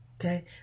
okay